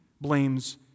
blames